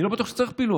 אני לא בטח שצריך פילוח,